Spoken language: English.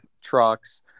trucks